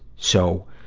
so,